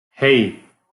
hey